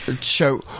Show